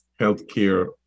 healthcare